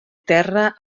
terra